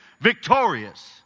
victorious